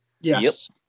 Yes